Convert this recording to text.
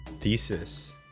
thesis